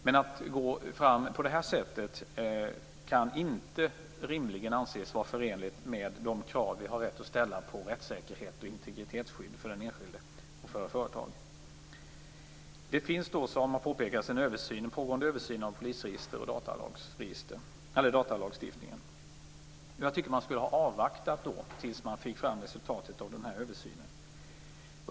Men att gå fram på det här sättet kan inte rimligen anses vara förenligt med de krav vi har rätt att ställa på rättssäkerhet och integritetsskydd för den enskilde och för företag. Som redan har påpekats finns det en pågående översyn av polisregister och datalagstiftningen. Jag tycker att man skulle ha avvaktat resultatet av denna översyn.